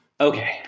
Okay